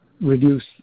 reduce